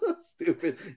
stupid